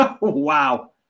Wow